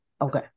okay